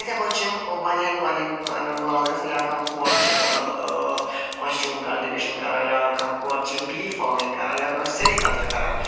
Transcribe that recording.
یتھٕے پٲٹھی چھِ یِم واریاہن واریاہن کامٮ۪ن مُلوث گژھان یا کانٛہہ کورِ چھِ مطلب مشروٗم کلٹِویشن کَران یا کانٛہہ کورِ چھِ بی فارمِنٛگ کَران یا سریکلچر کَران